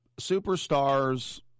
superstars